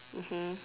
mmhmm